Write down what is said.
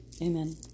Amen